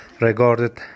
regarded